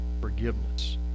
forgiveness